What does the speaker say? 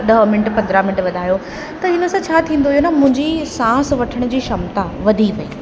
ॾह मिंट पंद्रहं मिंट वधायो त हिन सां छा थींदो हुओ न मुंहिंजी श्वास वठण जी क्षमता वधी वेई